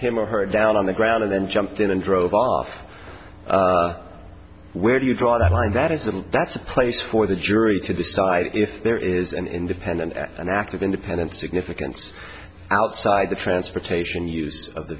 him or her down on the ground and then jumped in and drove off where do you draw the line that isn't that's a place for the jury to decide if there is an independent and active independent significance outside the transportation use of the